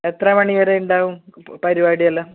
എത്ര മണി വരെ ഉണ്ടാവും പരിപാടിയെല്ലാം